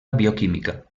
bioquímica